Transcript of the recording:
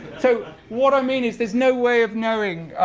so what i mean is there's no way of knowing,